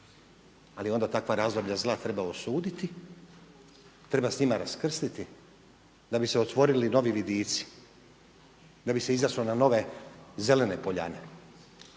ali onda takva razdoblja zla treba osuditi, treba s njima raskrstiti da bi se otvorili novi vidici, da bi se izašlo na nove zelene poljane.